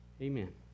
amen